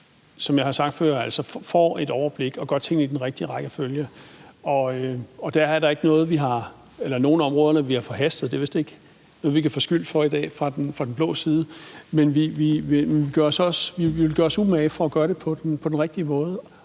som jeg har sagt før, får et overblik og gør tingene i den rigtige rækkefølge. Og der er ikke nogen af områderne, som vi har forhastet – det er vist ikke noget, vi kan få skyld for i dag fra blå side. Men vi vil gøre os umage for at gøre det på den rigtige måde,